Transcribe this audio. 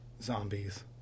zombies